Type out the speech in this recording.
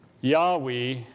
Yahweh